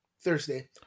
Thursday